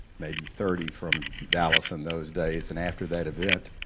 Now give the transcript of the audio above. maybe thirty, from dallas in those days. and after that event,